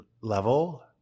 level